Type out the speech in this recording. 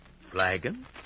Flagon